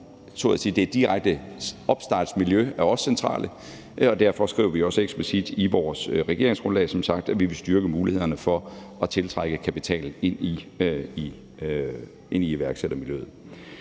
Det direkte opstartsmiljø er også centralt, og derfor skriver vi som sagt også eksplicit i vores regeringsgrundlag, at vi vil styrke mulighederne for at tiltrække kapital til iværksættermiljøet.